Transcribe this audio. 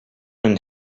and